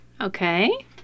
Okay